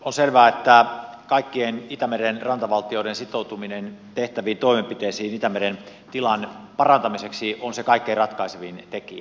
on selvää että kaikkien itämeren rantavaltioiden sitoutuminen tehtäviin toimenpiteisiin itämeren tilan parantamiseksi on se kaikkein ratkaisevin tekijä